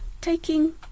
taking